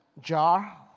jar